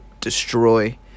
destroy